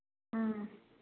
ꯎꯝ